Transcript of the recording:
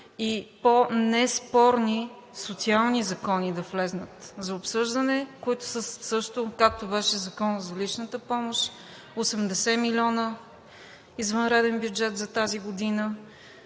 и по-неспорни социални закони да влязат за обсъждане, които са също, както беше Законът за личната помощ – 80 милиона извънреден бюджет за тази година,